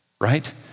right